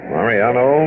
Mariano